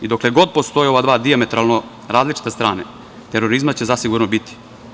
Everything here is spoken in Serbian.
I dokle god postoje ove dve dijametralno različite strane terorizma će zasigurno biti.